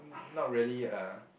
hmm not really ah